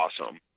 awesome